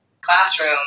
classroom